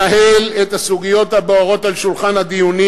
נהל את הסוגיות הבוערות על שולחן הדיונים.